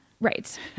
Right